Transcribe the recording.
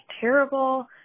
terrible